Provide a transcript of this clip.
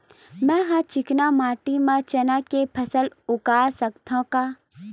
मै ह चिकना माटी म चना के फसल उगा सकथव का?